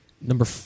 Number